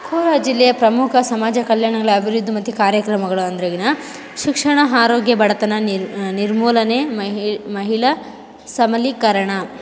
ಕೋಲಾರ ಜಿಲ್ಲೆಯ ಪ್ರಮುಖ ಸಮಾಜ ಕಲ್ಯಾಣಗಳ ಅಭಿವೃದ್ಧಿ ಮತ್ತು ಕಾರ್ಯಕ್ರಮಗಳು ಅಂದ್ರೆ ಶಿಕ್ಷಣ ಆರೋಗ್ಯ ಬಡತನ ನಿರ್ ನಿರ್ಮೂಲನೆ ಮಹಿ ಮಹಿಳಾ ಸಬಲೀಕರಣ